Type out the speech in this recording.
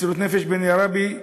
מסירות נפש בעיני הרבי,